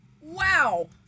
Wow